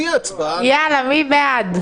יאללה, מי בעד.